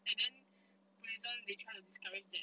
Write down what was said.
and then buddhism they try to discourage that